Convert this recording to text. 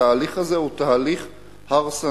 התהליך הזה הוא תהליך הרסני.